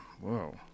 whoa